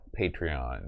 Patreon